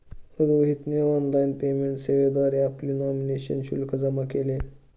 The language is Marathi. रोहितने ऑनलाइन पेमेंट सेवेद्वारे आपली नॉमिनेशनचे शुल्क जमा केले